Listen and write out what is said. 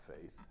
faith